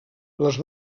les